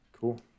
Cool